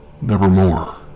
nevermore